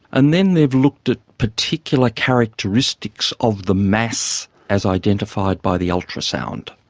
and then they've looked at particular characteristics of the mass as identified by the ultrasound,